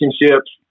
relationships